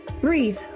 breathe